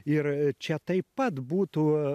ir čia taip pat būtų